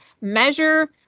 measure